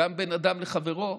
גם בין אדם לחברו.